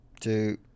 Two